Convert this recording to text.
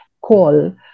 call